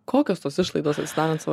kokios tos išlaidos atsidarant savo